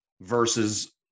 versus